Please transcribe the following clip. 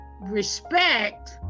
respect